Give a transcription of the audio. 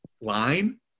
line